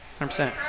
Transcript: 100%